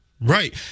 Right